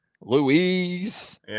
Louise